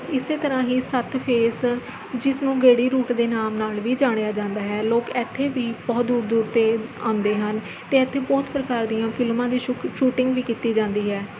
ਇਸ ਤਰ੍ਹਾਂ ਹੀ ਸੱਤ ਫੇਸ ਜਿਸਨੂੰ ਗੇੜੀ ਰੂਟ ਦੇ ਨਾਮ ਨਾਲ਼ ਵੀ ਜਾਣਿਆ ਜਾਂਦਾ ਹੈ ਲੋਕ ਇੱਥੇ ਵੀ ਬਹੁਤ ਦੂਰ ਦੂਰ ਤੋਂ ਆਉਂਦੇ ਹਨ ਅਤੇ ਇੱਥੇ ਬਹੁਤ ਪ੍ਰਕਾਰ ਦੀਆਂ ਫਿਲਮਾਂ ਦੇ ਸ਼ੂਕ ਸ਼ੂਟਿੰਗ ਵੀ ਕੀਤੀ ਜਾਂਦੀ ਹੈ